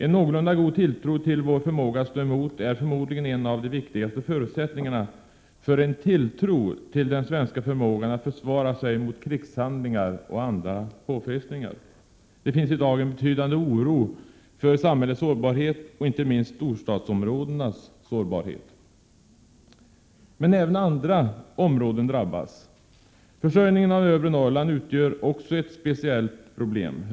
En någorlunda god tilltro till vår förmåga att stå emot är förmodligen en av de viktigaste förutsättningarna för en tilltro till den svenska förmågan att försvara sig mot krigshandlingar och andra påfrestningar. Det finns i dag en betydande oro för samhällets sårbarhet och inte minst för storstadsområdenas sårbarhet. Även andra områden drabbas. Försörjningen av övre Norrland utgör ett speciellt problem.